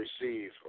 Receive